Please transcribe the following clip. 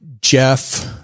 Jeff